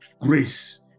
grace